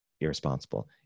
irresponsible